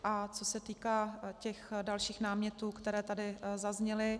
A co se týká dalších námětů, které tady zazněly.